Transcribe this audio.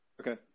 Okay